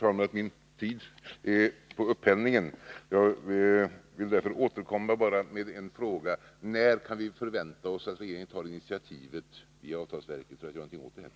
Jag ser att min tid är på upphällningen, och jag vill därför bara återkomma med en fråga: När kan vi förvänta oss att regeringen tar initiativet i avtalsverket för att göra någonting åt det här?